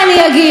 מוסי, סליחה.